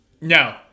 No